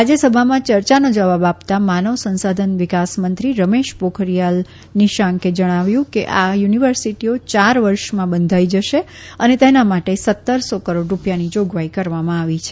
રા યસભામાં ચર્ચાનો વાબ આપતા માનવ સંસાધન વિકાસ મત્રી રમેશ પોખરીયાલ નિશાંકે કહયું કે આ યુનિવર્સીટીઓ યાર વર્ષમાં બંધાઈ ૈ શે ૈ ને તેના માટે સત્તર સો કરોડ રૂપીયાની જાગવાઈ કરવામાં આવી છે